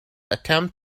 attempt